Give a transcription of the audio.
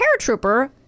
paratrooper